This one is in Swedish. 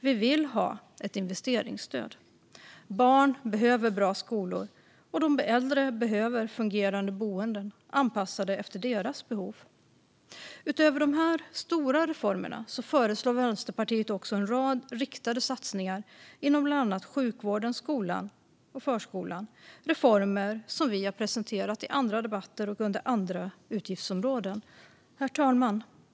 Vi vill ha ett investeringsstöd. Barn behöver bra skolor, och de äldre behöver fungerande boenden anpassade efter deras behov. Utöver dessa stora reformer föreslår Vänsterpartiet också en rad riktade satsningar inom bland annat sjukvården, skolan och förskolan, reformer som vi har presenterat under andra utgiftsområden och i andra debatter. Herr talman!